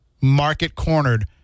market-cornered